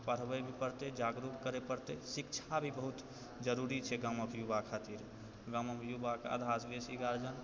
पढ़बै भी पड़तै जागरूक भी करै पड़तै शिक्षा भी बहुत जरूरी छै गाँवके युवा खातिर गाँवमे युवाके आधासँ बेसी गार्जियन